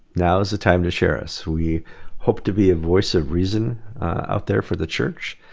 now is the time to share us we hope to be a voice of reason out there for the church,